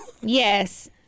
Yes